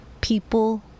people